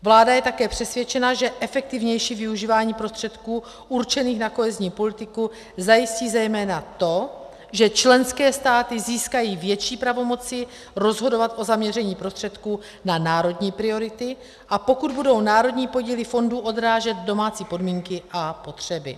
Vláda je také přesvědčena, že efektivnější využívání prostředků určených na kohezní politiku zajistí zejména to, že členské státy získají větší pravomoci rozhodovat o zaměření prostředků na národní priority, a pokud budou národní podíly fondů odrážet domácí podmínky a potřeby.